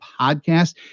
podcast